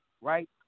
right